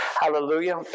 Hallelujah